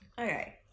Okay